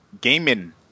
gaming